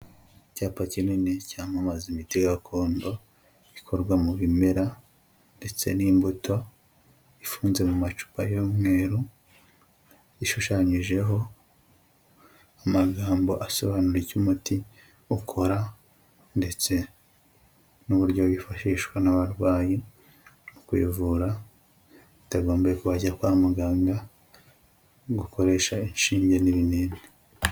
Icyapa kinini cyamamaza imiti gakondo ikorwa mu bimera ndetse n'imbuto ifunze mu macupa y'umweru, ishushanyijeho amagambo asobanura icyo umuti ukora ndetse n'uburyo wifashishwa n'abarwayi mu kwivura bitagombeye ko bajya kwa muganga gukoresha inshinge n'ibinini.